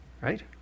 right